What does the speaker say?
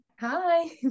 Hi